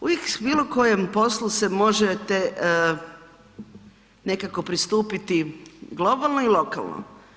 Uvijek u bilo kojem poslu se možete nekako pristupiti globalno i lokalno.